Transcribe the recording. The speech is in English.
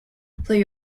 they